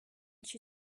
she